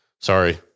Sorry